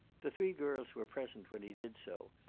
the three girls were present when he did so,